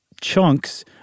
chunks